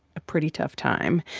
a pretty tough time.